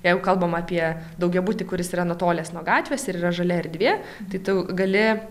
jeigu kalbam apie daugiabutį kuris yra nutolęs nuo gatvės ir yra žalia erdvė tai tu gali